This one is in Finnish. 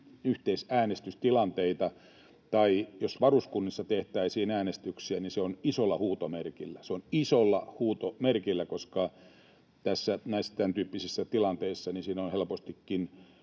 yhteisäänestyksiä, tai jos varuskunnissa tehtäisiin äänestyksiä, niin se olisi isolla huutomerkillä — se olisi isolla huutomerkillä — koska näissä tämäntyyppisissä tilanteissa on helpostikin